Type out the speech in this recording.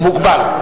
הוא מוגבל.